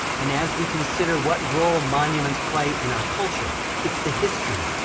and as we consider what role monuments play in our culture, it's the history,